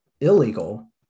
illegal